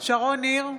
שרון ניר,